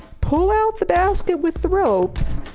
pull out the basket with ropes,